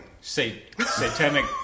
satanic